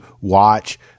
watch